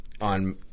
on